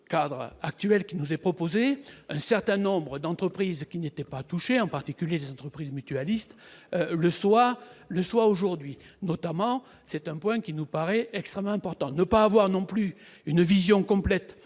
cadre actuel qui nous est proposé un certain nombre d'entreprises qui n'étaient pas touchés, en particulier l'entreprise mutualiste le soir le soit aujourd'hui notamment, c'est un point qui nous paraît extrêmement important de ne pas avoir non plus une vision complète